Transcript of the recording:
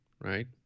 right